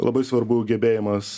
labai svarbu gebėjimas